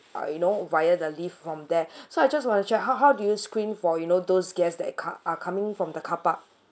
uh you know via the lift from there so I just want to check how how do you screen for you know those guests that car are coming from the car park